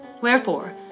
Wherefore